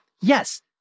yes